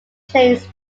plains